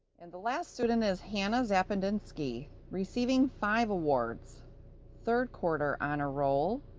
and the last student is hanna zapadinsky, receiving five awards third quarter honor roll,